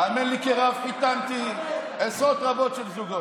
האם אדוני שר הדתות יודע